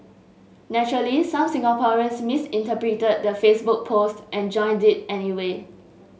naturally some Singaporeans misinterpreted the Facebook post and joined it anyway